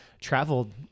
traveled